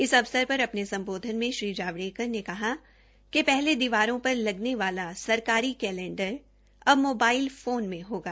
इस अवसर पर अपने सम्बोधन में श्री जावड़ेकर ने कहा कि पहले दीवारों पर लगने वाला सरकारी कैलेंडर अब मोबाइल फोन में होगा